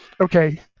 Okay